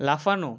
লাফানো